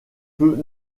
peut